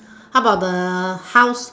how about the house